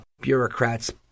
bureaucrats